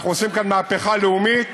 אנחנו עושים כאן מהפכה לאומית.